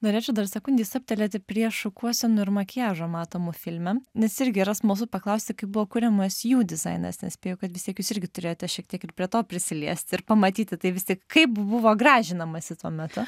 norėčiau dar sekundei stabtelėti prie šukuosenų ir makiažo matomų filme nes irgi yra smalsu paklausti kaip buvo kuriamas jų dizainas ne spėju kad vis tiek jūs irgi turėjote šiek tiek ir prie to prisiliesti ir pamatyti tai vis tik kaip buvo gražinamasi tuo metu